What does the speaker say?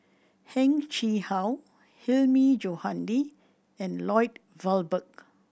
Heng Chee How Hilmi Johandi and Lloyd Valberg